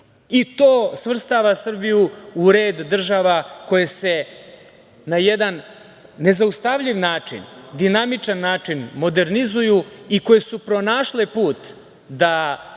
i to svrstava Srbiju red država koje se na jedan nezaustavljiv način, dinamičan način modernizuju i koje su pronašle put da